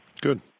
Good